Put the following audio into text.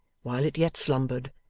while it yet slumbered,